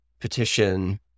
petition